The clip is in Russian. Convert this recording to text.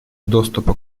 доступа